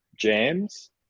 jams